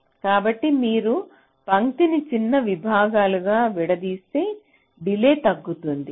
కాబట్టి మీరు పంక్తిని చిన్న భాగాలుగా విడదీస్తే డిలే తగ్గుతుంది